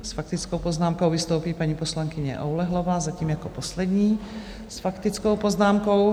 S faktickou poznámkou vystoupí paní poslankyně Oulehlová, zatím jako poslední s faktickou poznámkou.